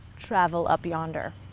travel up yonder.